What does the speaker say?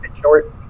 Short